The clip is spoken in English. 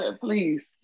Please